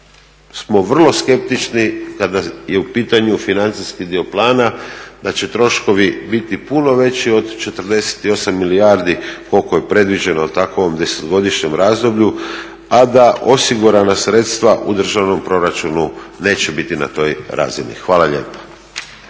smo vrlo skeptični kada je u pitanju financijski dio plana da će troškovi biti puno veći od 48 milijardi koliko je predviđeno jel' tako u ovom 10-godišnjem razdoblju, a da osigurana sredstva u državnom proračunu neće biti na toj razini. Hvala lijepa.